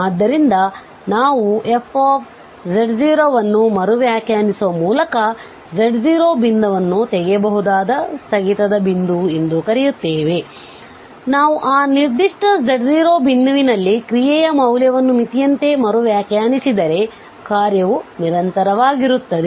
ಆದ್ದರಿಂದ ನಾವು f ಅನ್ನು ಮರು ವ್ಯಾಖ್ಯಾನಿಸುವ ಮೂಲಕ z0 ಬಿಂದುವನ್ನು ತೆಗೆಯಬಹುದಾದ ಸ್ಥಗಿತದ ಬಿಂದು ಎಂದು ಕರೆಯುತ್ತೇವೆ ನಾವು ಆ ನಿರ್ದಿಷ್ಟ z0 ಬಿಂದುವಿನಲ್ಲಿ ಕ್ರಿಯೆಯ ಮೌಲ್ಯವನ್ನು ಮಿತಿಯಂತೆಯೇ ಮರು ವ್ಯಾಖ್ಯಾನಿಸಿದರೆ ಕಾರ್ಯವು ನಿರಂತರವಾಗಿರುತ್ತದೆ